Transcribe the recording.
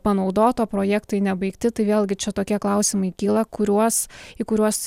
panaudota o projektai nebaigti tai vėlgi čia tokie klausimai kyla kuriuos į kuriuos